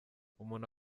umuntu